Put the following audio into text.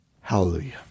Hallelujah